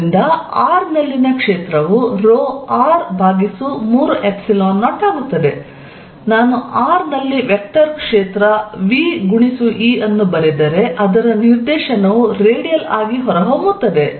ಆದ್ದರಿಂದ r ನಲ್ಲಿನ ಕ್ಷೇತ್ರವು ρr ಭಾಗಿಸು 30 ಆಗುತ್ತದೆ ನಾನು r ನಲ್ಲಿ ವೆಕ್ಟರ್ ಕ್ಷೇತ್ರ v E ಅನ್ನು ಬರೆದರೆ ಅದರ ನಿರ್ದೇಶನವು ರೇಡಿಯಲ್ ಆಗಿ ಹೊರಹೊಮ್ಮುತ್ತದೆ